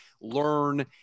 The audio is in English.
learn